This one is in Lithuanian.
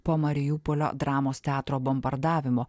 po mariupolio dramos teatro bombardavimo